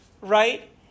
right